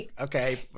okay